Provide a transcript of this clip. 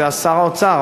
זה שר האוצר,